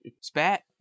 Spat